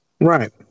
Right